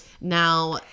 Now